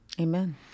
Amen